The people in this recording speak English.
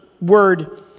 word